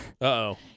Uh-oh